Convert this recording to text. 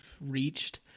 reached